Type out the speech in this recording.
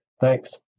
Thanks